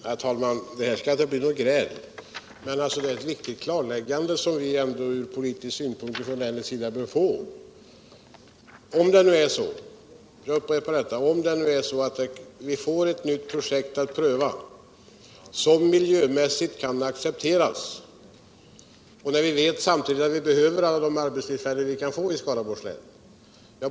Herr talman! Det här skall inte bli något gräl, men vi bör få ett klarläggande som från politisk synpunkt är vikugt för länet. Om det nu är så — jag upprepar detta — att vi får eu nytt projekt att pröva, som miljömässigt kan accepteras och vi samtidigt vet att vi behöver alla de arbetstillfällen vi kan få i Skaraborgs län.